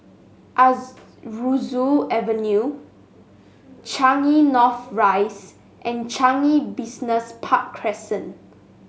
Aroozoo Avenue Changi North Rise and Changi Business Park Crescent